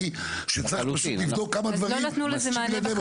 בבקשה, הגנת הסביבה.